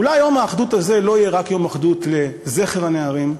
אולי יום האחדות הזה לא יהיה רק יום אחדות לזכר הנערים,